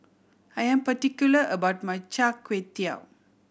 I am particular about my Char Kway Teow